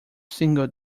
single